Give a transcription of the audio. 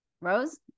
Rose